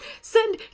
send